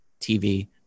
TV